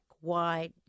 white